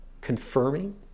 confirming